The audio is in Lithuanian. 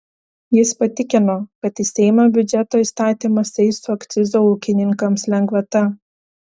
jis patikino kad į seimą biudžeto įstatymas eis su akcizo ūkininkams lengvata